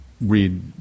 read